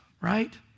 Right